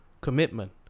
commitment